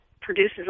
produces